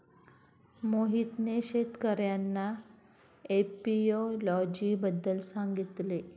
मोहितने शेतकर्यांना एपियोलॉजी बद्दल सांगितले